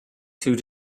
two